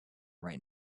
right